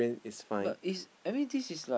but it's I mean this is like